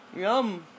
Yum